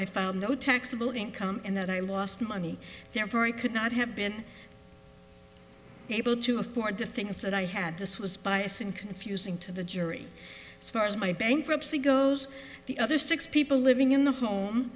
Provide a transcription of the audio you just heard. i found no taxable income and that i lost money therefore i could not have been able to afford the things that i had this was bias and confusing to the jury so far as my bankruptcy goes the other six people living in the home